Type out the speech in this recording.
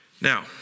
Now